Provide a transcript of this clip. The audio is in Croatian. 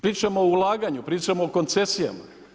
Pričamo o ulaganju, pričamo o koncesijama.